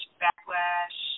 backlash